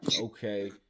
okay